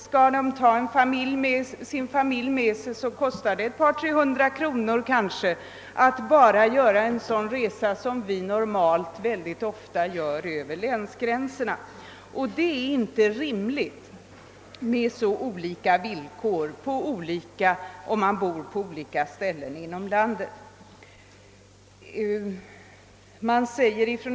Skall man ta familjen med sig kostar det kanske 200—300 kronor att göra en sådan resa som vi normalt mycket ofta gör över länsgränserna. Det är inte rimligt med så olika villkor för att man bor på olika platser inom landet.